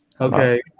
Okay